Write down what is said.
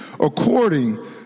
according